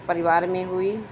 پریوار میں ہوئی